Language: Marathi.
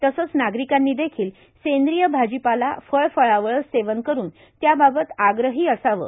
तसंच नागरिकांनी देखील सेंद्रीय भाजीपाला फळफळावळं सेवन करुन त्याबाबत आग्रही असावं